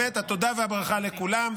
התודה והברכה לכולם,